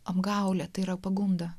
apgaulė tai yra pagunda